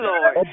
Lord